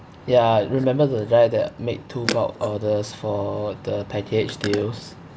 ya remember the guy that made two bulk orders for the package deals